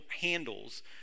handles